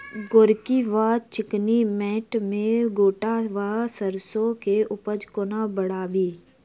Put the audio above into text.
गोरकी वा चिकनी मैंट मे गोट वा सैरसो केँ उपज कोना बढ़ाबी?